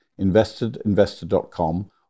investedinvestor.com